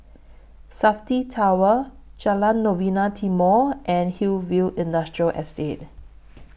Safti Tower Jalan Novena Timor and Hillview Industrial Estate